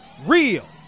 real